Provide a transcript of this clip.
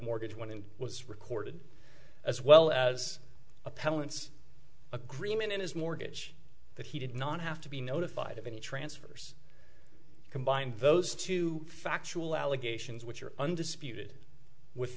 mortgage when it was recorded as well as appellants agreement in his mortgage that he did not have to be notified of any transfers combined those two factual allegations which are undisputed with